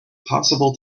possible